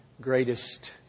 greatest